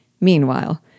Meanwhile